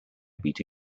beta